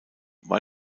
war